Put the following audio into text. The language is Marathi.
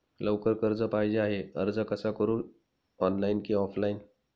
लवकर कर्ज पाहिजे आहे अर्ज कसा करु ऑनलाइन कि ऑफलाइन?